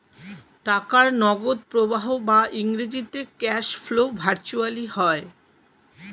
টাকার নগদ প্রবাহ বা ইংরেজিতে ক্যাশ ফ্লো ভার্চুয়ালি হয়